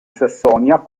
sassonia